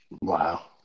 Wow